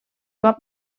cop